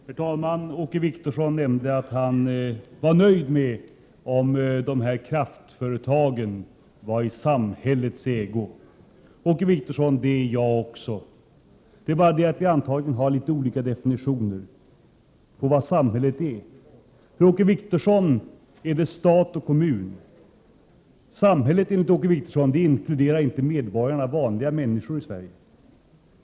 Herr talman! Åke Wictorsson nämnde att han skulle vara nöjd om de aktuella kraftföretagen var i samhällets ägo. Det skulle jag också vara. Det är bara det att vi antagligen har litet olika definitioner när det gäller ordet samhälle. För Åke Wictorsson är samhället detsamma som staten och kommunerna. Det handlar inte om de vanliga medborgarna.